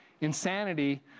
insanity